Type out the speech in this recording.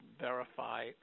verify